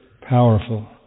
powerful